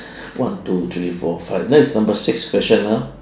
one two three four five that's number six question ah